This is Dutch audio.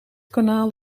kanaal